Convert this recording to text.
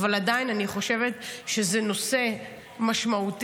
עדיין אני חושבת שזה נושא משמעותי,